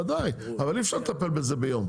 ודאי, אבל אי אפשר לטפל בזה ביום.